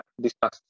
discuss